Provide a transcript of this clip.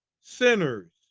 sinners